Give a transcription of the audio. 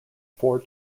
four